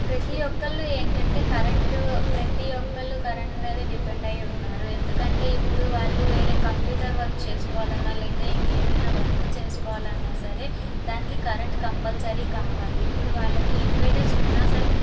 ప్రతి ఒక్కళ్ళు ఏంటంటే కరెంటు ప్రతి ఒక్కళ్ళు కరెంటు మీదే డిపెండ్ అయ్యి ఉన్నారు ఎందుకంటే ఇప్పుడు వాళ్లు వేరే కంప్యూటర్ వర్క్ చేసుకోవాలన్న లేదా ఇంకేదైనా వర్క్లు చేసుకోవాలన్నా సరే దానికి కరెంటు కంపల్సరీ కావాలి ఇప్పుడు వాళ్ళకి ఇన్వెంటర్సు ఉన్నా సరే